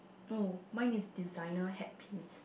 no mine is designer hat pins